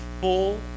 full